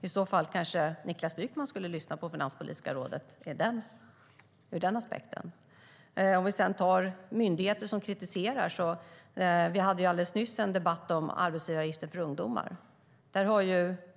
Niklas Wykman kanske skulle lyssna på Finanspolitiska rådet ur den aspekten. Vad gäller kritik från myndigheter kan jag påminna om den debatt vi hade alldeles nyss om arbetsgivaravgifter för ungdomar.